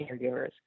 caregivers